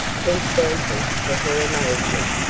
prince dantan, to her amazement,